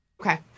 Okay